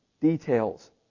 details